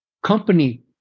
company